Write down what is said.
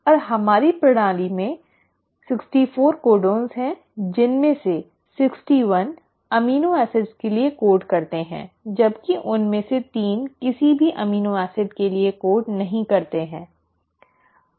और हमारी प्रणाली में 64 कोडन हैं जिनमें से 61 अमीनो एसिड के लिए कोड करते हैं जबकि उनमें से 3 किसी भी अमीनो एसिड के लिए कोड नहीं करते हैं